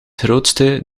grootste